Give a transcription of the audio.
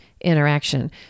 interaction